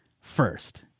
first